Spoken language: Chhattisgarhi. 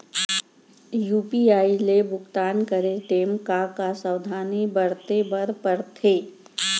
यू.पी.आई ले भुगतान करे टेम का का सावधानी बरते बर परथे